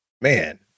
Man